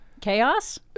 chaos